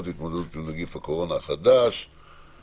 להתמודדות עם נגיף הקורונה החדש (הוראת שעה),